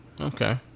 Okay